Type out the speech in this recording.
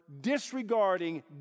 disregarding